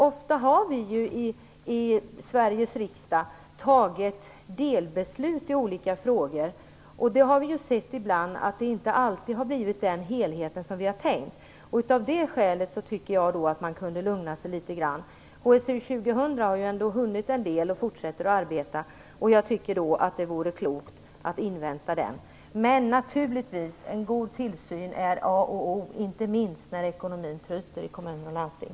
Ofta har vi i Sveriges riksdag fattat delbeslut i olika frågor. Då har vi sett att det inte alltid blivit den helhet som vi har tänkt. Av det skälet tycker jag att man kunde lugna sig litet grand. HSU 2000 har ändå hunnit med en del och fortsätter att arbeta. Jag tycker att det vore klokt att invänta den utredningen. Naturligtvis är en god tillsyn A och O inte minst när ekonomin tryter i kommuner och landsting.